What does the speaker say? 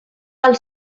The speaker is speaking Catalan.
val